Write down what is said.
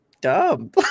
dumb